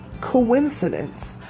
coincidence